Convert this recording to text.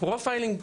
"פרופיילינג",